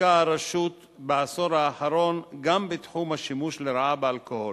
עסקה הרשות בעשור האחרון גם בתחום השימוש לרעה באלכוהול.